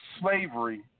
slavery